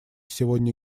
сегодня